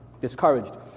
discouraged